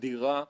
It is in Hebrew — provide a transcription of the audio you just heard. איך הוא מתנהל.